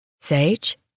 Sage